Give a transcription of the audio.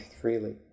freely